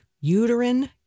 uterine